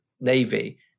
Navy